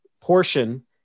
portion